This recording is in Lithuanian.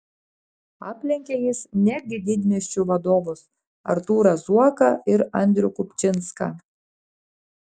aplenkė jis netgi didmiesčių vadovus artūrą zuoką ir andrių kupčinską